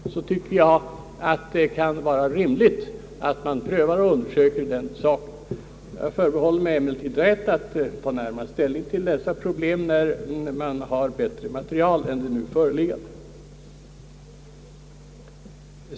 Jag tycker det kan vara rimligt att man prövar och undersöker den saken men förbehåller mig rätten att ta närmare ställning till problemen när det finns tillgång till ett bättre material, än det nu föreliggande.